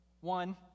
One